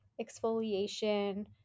exfoliation